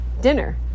dinner